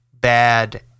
bad